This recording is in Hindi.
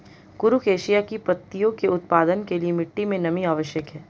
कुरुख एशिया की पत्तियों के उत्पादन के लिए मिट्टी मे नमी आवश्यक है